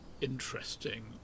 interesting